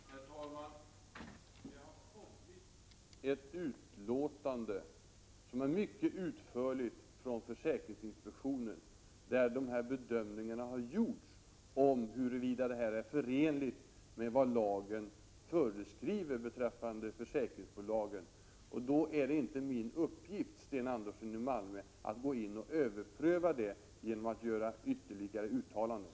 Herr talman! Det har kommit ett utlåtande, som är mycket utförligt, från försäkringsinspektionen där bedömningar har gjorts om huruvida den verksamhet som Sten Andersson i Malmö tagit upp i sin fråga är förenlig med vad lagen föreskriver beträffande försäkringsbolagen. Då är det inte min uppgift, Sten Andersson i Malmö, att gå in och överpröva det genom att göra ytterligare uttalanden.